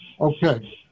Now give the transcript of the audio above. Okay